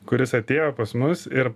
kuris atėjo pas mus ir